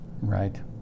Right